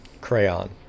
Crayon